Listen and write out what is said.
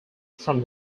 from